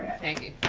thank you.